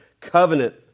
covenant